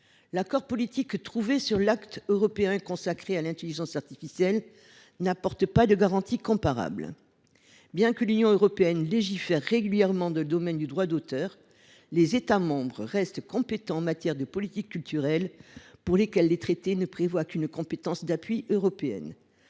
L’accord politique trouvé sur le règlement européen sur l’intelligence artificielle n’apporte pas de garantie comparable. Bien que l’Union européenne légifère régulièrement dans le domaine du droit d’auteur, les États membres restent compétents en matière de politique culturelle, les traités ne prévoyant qu’une compétence européenne